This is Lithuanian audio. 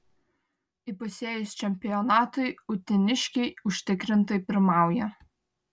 įpusėjus čempionatui uteniškiai užtikrintai pirmauja